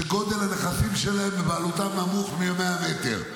שגודל הנכסים שבבעלותם נמוך מ-100 מ"ר,